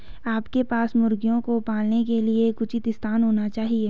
आपके पास मुर्गियों को पालने के लिए एक उचित स्थान होना चाहिए